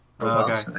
Okay